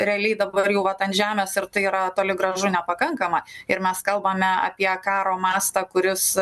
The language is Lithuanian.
realiai dabar jau vat ant žemės ir tai yra toli gražu nepakankama ir mes kalbame apie karo mastą kuris